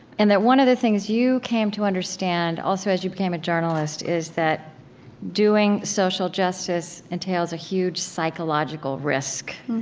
and that one of the things you came to understand, also as you became a journalist, is that doing social justice entails a huge psychological risk.